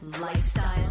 lifestyle